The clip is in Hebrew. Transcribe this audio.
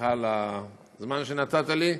סליחה על הזמן שנתת לי.